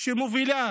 שמובילה